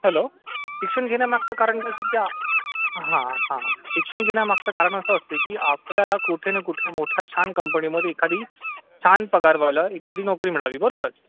hello शिक्षण घेण्यामागचं कारण त्या हा हा शिक्षण घेण्यामागचं कारण असं असते की आपल्याला कुठे ना कुठे मोठ्या छान कंपनीमध्ये एखादी छान पगारवालं एखादी नोकरी मिळावी बरोबर